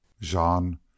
Jean